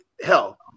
hell